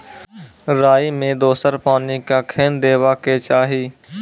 राई मे दोसर पानी कखेन देबा के चाहि?